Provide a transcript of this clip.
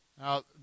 Now